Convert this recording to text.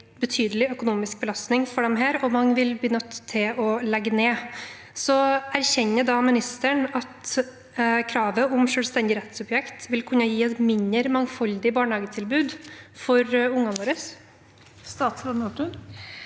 betydelig økonomisk belastning for disse, og mange vil bli nødt til å legge ned. Erkjenner da statsråden at kravet om selvstendig rettssubjekt vil kunne gi et mindre mangfoldig barnehagetilbud for ungene våre? Statsråd Kari